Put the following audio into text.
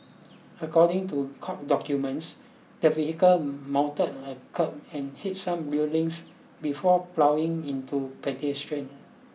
according to court documents the vehicle mounted a kerb and hit some railings before ploughing into pedestrian